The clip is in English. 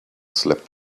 slept